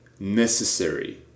Necessary